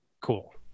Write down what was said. Cool